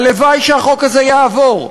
הלוואי שהחוק הזה יעבור,